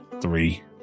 Three